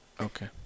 Okay